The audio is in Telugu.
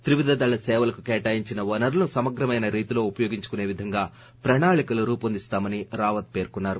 త్రివిధ దళ సేవలకు కేటాయించిన వనరులను సమగ్రమైన రీతిలో ఉపయోగించుకునే విధంగా ప్రణాళికలు రూపొందిస్తామని రావత్ పేర్కొన్నారు